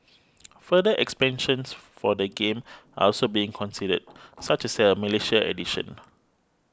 future expansions for the game are also being considered such as a Malaysian edition